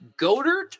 Godert